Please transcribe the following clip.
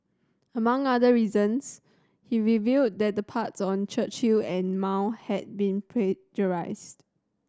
among other reasons he revealed that the parts on Churchill and Mao had been plagiarised